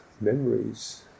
memories